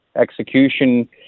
execution